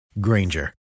Granger